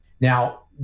Now